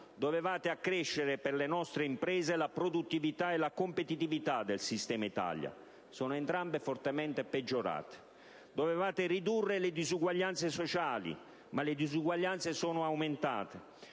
dovevate accrescere per le nostre imprese la produttività e la competitività del sistema Italia: sono entrambe fortemente peggiorate. Dovevate ridurre le disuguaglianze sociali, ma le disuguaglianze sono aumentate.